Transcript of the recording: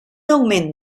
augment